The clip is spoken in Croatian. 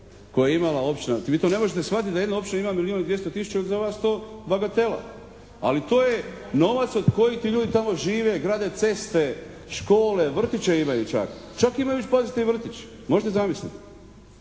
koje je imala općina. Vi to ne možete shvatiti da jedna općina ima milijun i 200 tisuća jer za vas je to bagatela. Ali to je novac od kojih ti ljudi tamo žive, grade ceste, škole, vrtiće imaju čak. Čak imaju pazite i vrtić. Možete li zamisliti?